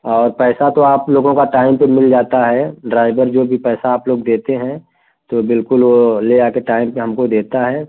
और पैसा तो आप लोगों का टाइम पर मिल जाता है ड्राइवर जो भी पैसा आप लोग देते हैं तो बिल्कुल वो ले आ कर टाइम पर हमको देता है